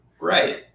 Right